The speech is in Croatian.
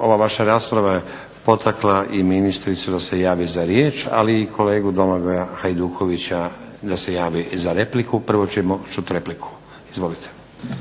ova vaša rasprava je potakla i ministricu da se javi za riječ, ali i kolegu Domagoja Hajdukovića da se javi za repliku. Prvo ćemo čuti repliku. Izvolite.